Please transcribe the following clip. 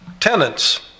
tenants